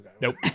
nope